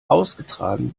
ausgetragen